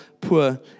poor